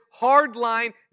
hardline